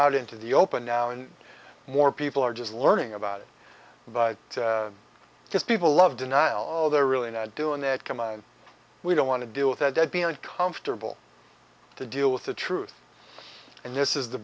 out into the open now and more people are just learning about it by because people love denial all they're really not doing that come out we don't want to deal with that be uncomfortable to deal with the truth and this is the